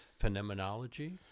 Phenomenology